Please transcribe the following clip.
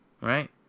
right